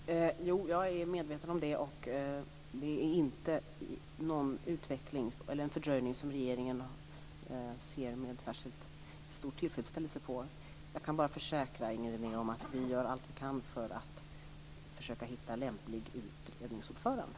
Fru talman! Jag är medveten om det, och det är inte en fördröjning som regeringen ser med särskilt stor tillfredsställelse på. Jag kan bara försäkra Inger René om att vi gör allt vi kan för att försöka hitta en lämplig utredningsordförande.